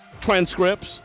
transcripts